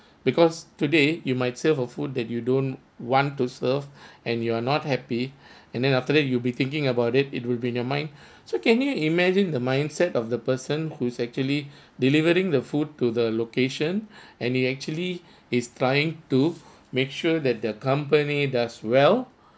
because today you might serve a food that you don't want to serve and you are not happy and then after that you'll be thinking about it it will be in your mind so can you imagine the mindset of the person who's actually delivering the food to the location and it actually is trying to make sure that the company does well